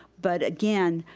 but again,